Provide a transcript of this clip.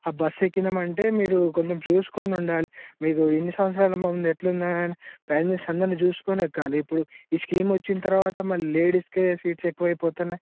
ఆ బస్ ఎక్కినామంటే మీరు కొంచెం చూసుకొని ఉండాలి మీకు ఎన్ని సంవత్సరాలు అనుభవం ముందు ఎట్లున్నా ప్యాసింజర్స్ అందరినీ చూసుకుని ఎక్కాలి అది ఇప్పుడు ఈ స్కీమ్ వచ్చిన తర్వాత మళ్ళీ లేడీస్కే సీట్లు ఎక్కువైపోతున్నాయి